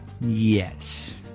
Yes